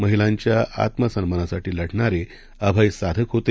महिलांच्याआत्मसन्मानासाठीलढणारे अभयसाधक होते